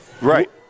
Right